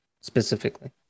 specifically